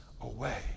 away